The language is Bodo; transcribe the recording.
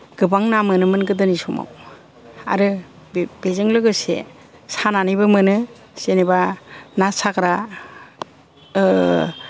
गोबां ना मोनोमोन गोदोनि समाव आरो बेजों लोगोसे सानानैबो मोनो जेनेबा ना साग्रा